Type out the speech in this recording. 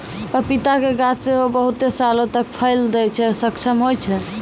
पपीता के गाछ सेहो बहुते सालो तक फल दै मे सक्षम होय छै